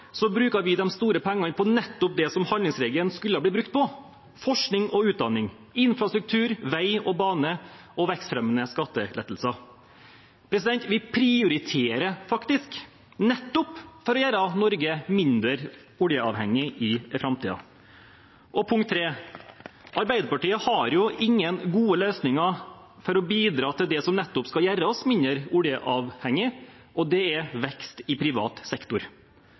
bruker vi de store pengene til nettopp det som handlingsregelen skulle blitt brukt til: forskning og utdanning, infrastruktur, vei og bane og vekstfremmende skattelettelser. Vi prioriterer faktisk nettopp for å gjøre Norge mindre oljeavhengig i framtiden. Og for det tredje: Arbeiderpartiet har ingen gode løsninger for å bidra til det som nettopp skal gjøre oss mindre oljeavhengig, og det er vekst i privat sektor.